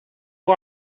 who